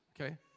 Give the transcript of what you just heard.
okay